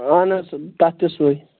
اَہَن حظ تَتھ تہِ سُے